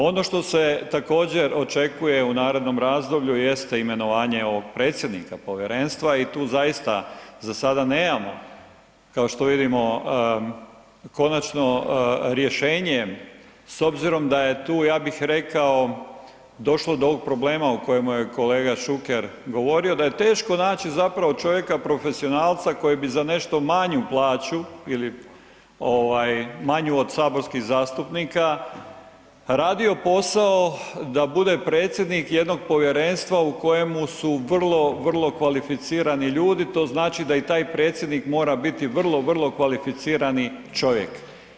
Ono što se također očekuje u narednom razdoblju jeste imenovanje predsjednika povjerenstva i tu zaista za sada nemamo kao što vidimo konačno rješenje s obzirom da je tu, ja bih rekao, došlo do ovog problema o kojemu je kolega Šuker govorio da je teško naći zapravo čovjeka profesionalca koji bi za nešto manju plaću ili manju od saborskih zastupnika radio posao da bude predsjednik jednog povjerenstva u kojemu su vrlo, vrlo kvalificirani ljudi, to znači da i taj predsjednik mora biti vrlo, vrlo kvalificirani čovjek.